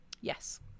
yes